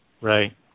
Right